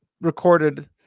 recorded